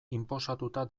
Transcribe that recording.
inposatuta